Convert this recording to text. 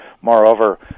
Moreover